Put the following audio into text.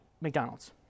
McDonald's